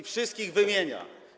Wszystkich wymienia.